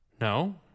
No